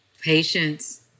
Patience